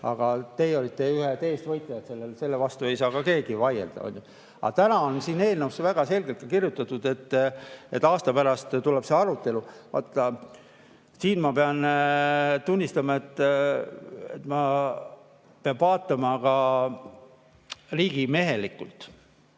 Aga teie olite ühed eestvõitlejad, selle vastu ei saa keegi vaielda. Aga täna on siin eelnõus väga selgelt kirjutatud, et aasta pärast tuleb see arutelu. Siin, ma pean tunnistama, peab vaatama ka riigimehelikult,